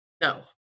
no